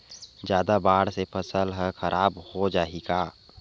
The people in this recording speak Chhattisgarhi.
जादा बाढ़ से फसल ह खराब हो जाहि का?